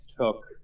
took